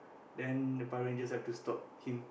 then the Power-Rangers will have to stop him